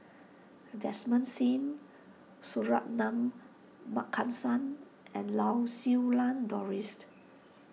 Desmond Sim Suratman Markasan and Lau Siew Lang Dorised